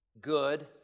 good